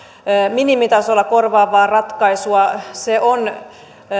minimitasolla korvaavaa ratkaisua se on